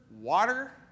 water